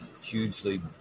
hugely